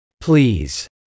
Please